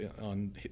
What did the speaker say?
on